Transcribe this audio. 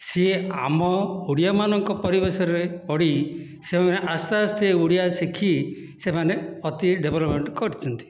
ସିଏ ଆମ ଓଡ଼ିଆମାନଙ୍କ ପରିବେଶରେ ପଡ଼ି ସେମାନେ ଆସ୍ତେ ଆସ୍ତେ ଓଡ଼ିଆ ଶିଖି ସେମାନେ ଅତି ଡେଭଲପମେଣ୍ଟ କରିଛନ୍ତି